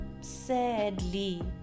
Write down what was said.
sadly